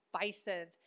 divisive